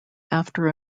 after